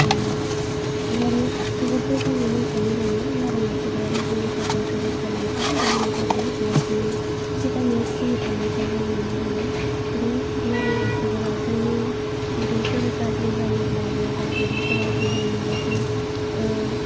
ओह नारें आसुगुरखौ जोङो मुंख'नो हायो नारें आसुगुराबो जोंनि थाखाय जोबोद गोनांथार देहानि थाखाय बेव जोङो बिथामिन चि थनायखौहाय मोन्नो हायो बे नारें आसुगुरा जोंनि उदैफोर गाज्रि जायोब्लाबो बा उदैफोराव जोंहा माबाफोर ओह